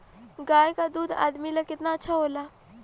गाय का दूध आदमी ला कितना अच्छा होला?